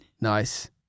Nice